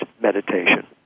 meditation